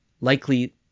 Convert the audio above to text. likely